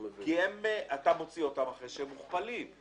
כי אתה מוציא אותן אחרי שהן מוכפלות?